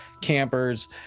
campers